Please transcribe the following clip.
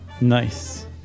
Nice